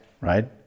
right